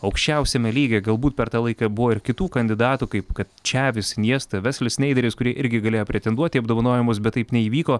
aukščiausiame lygyje galbūt per tą laiką buvo ir kitų kandidatų kaip kad čevis cniesta veslis sneideris kurie irgi galėjo pretenduoti į apdovanojimus bet taip neįvyko